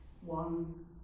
one